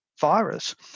virus